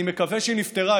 אני מקווה שהיא נפתרה,